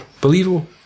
believable